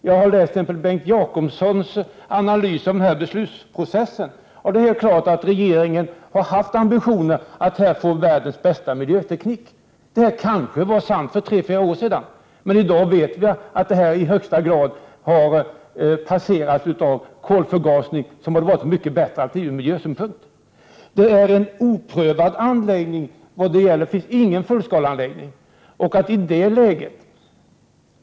Jag har läst Bengt Jacobssons analys av beslutsprocessen, och det är helt klart att regeringen haft ambitionen att här få världens bästa miljöteknik. Detta var kanske sanning för tre fyra år sedan. Men i dag vet vi att det här alternativet i högsta grad har passerats av kolförgasningen, som hade varit ett mycket bättre alternativ ur miljösynpunkt. Anläggningen är en oprövad anläggning, och det finns ingen fullskaleanläggning i drift.